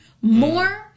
more